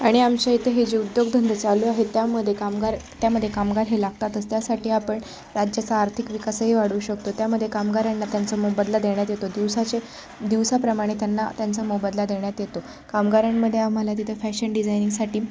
आणि आमच्या इथं हे जे उद्योगधंदे चालू आहे त्यामध्ये कामगार त्यामध्ये कामगार हे लागतातच त्यासाठी आपण राज्याचा आर्थिक विकासही वाढवू शकतो त्यामध्ये कामगारांना त्यांचा मोबदला देण्यात येतो दिवसाचे दिवसाप्रमाणे त्यांना त्यांचा मोबदला देण्यात येतो कामगारांमध्ये आम्हाला तिथं फॅशन डिझायनिंगसाठी